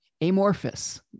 amorphous